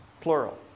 Plural